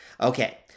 Okay